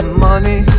money